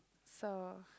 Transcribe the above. so